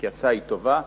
כי ההצעה היא טובה.